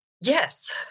Yes